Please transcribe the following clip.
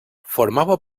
formava